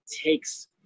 takes